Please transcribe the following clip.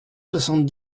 soixante